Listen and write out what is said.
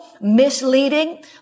misleading